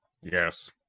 Yes